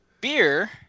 beer